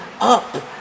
up